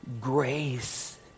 Grace